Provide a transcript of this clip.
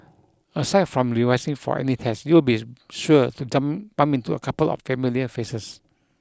aside from revising for any tests you'll be sure to bump into a couple of familiar faces